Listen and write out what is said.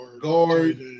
guard